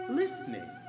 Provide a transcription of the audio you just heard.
listening